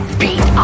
beat